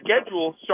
schedule